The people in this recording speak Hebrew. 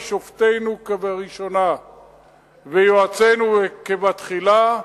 שופטינו כבראשונה ויועצינו כבתחילה",